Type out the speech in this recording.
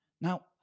Now